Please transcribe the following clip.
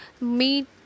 meet